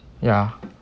ya